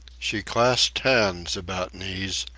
she clasped hands about knees,